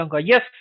Yes